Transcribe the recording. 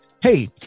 Hey